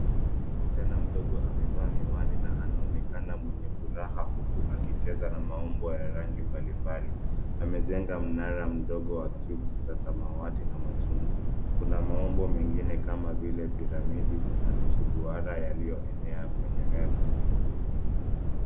Msichana mdogo amevaa miwani na anaonekana mwenye furaha, huku akicheza na maumbo ya rangi mbalimbali. Amejenga mnara mdogo wa (cs)cubes(cs) za samawati na machungwa. Kuna maumbo mengine kama vile piramidi na nusu duara yaliyoenea kwenye meza.